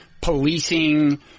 policing